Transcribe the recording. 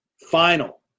Final